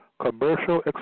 commercial